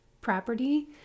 property